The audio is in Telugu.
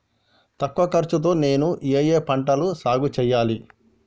తక్కువ ఖర్చు తో నేను ఏ ఏ పంటలు సాగుచేయాలి?